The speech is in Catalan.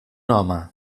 home